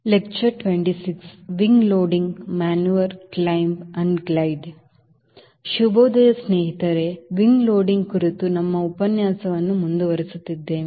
Wing loading ಕುರಿತು ನಮ್ಮ ಉಪನ್ಯಾಸವನ್ನು ಮುಂದುವರಿಸುತ್ತಿದ್ದೇವೆ